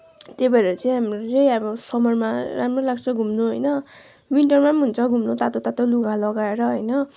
त्यही भएर चाहिँ हामीहरूलाई चाहिँ अब समरमा राम्रो लाग्छ घुम्न होइन विन्टरमा पनि हुन्छ घुम्न तातो तातो लुगा लगाएर होइन